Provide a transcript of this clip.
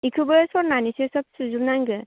इखोबो सरनानैसो सब सुजोबनांगौ